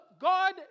God